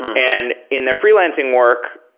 and in their freelancing work,